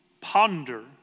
ponder